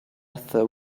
through